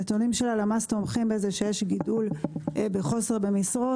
הנתונים של הלמ"ס תומכים בזה שיש גידול בחוסר במשרות,